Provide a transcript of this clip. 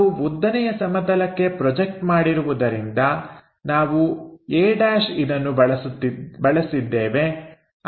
ನಾವು ಉದ್ದನೆಯ ಸಮತಲಕ್ಕೆ ಪ್ರೊಜೆಕ್ಷನ್ ಮಾಡಿರುವುದರಿಂದ ನಾವು aʹ ಇದನ್ನು ಬಳಸಿದ್ದೇವೆ